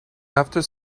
after